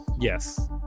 yes